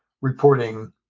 reporting